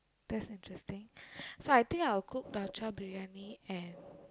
that's interesting so I think I'll cook dalcha Briyani and